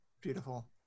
Beautiful